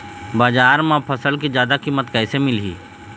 बजार म फसल के जादा कीमत कैसे मिलही?